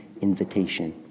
invitation